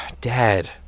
Dad